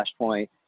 Flashpoint